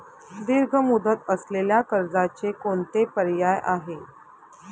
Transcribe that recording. दीर्घ मुदत असलेल्या कर्जाचे कोणते पर्याय आहे?